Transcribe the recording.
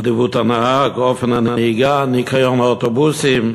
אדיבות הנהג, אופן הנהיגה וניקיון האוטובוסים.